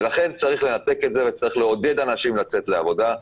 ולכן צריך לנתק את זה וצריך לעודד אנשים לצאת לעבודה,